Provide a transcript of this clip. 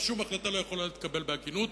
ושום החלטה לא יכולה להתקבל בהגינות,